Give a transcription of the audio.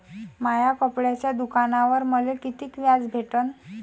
माया कपड्याच्या दुकानावर मले कितीक व्याज भेटन?